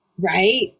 Right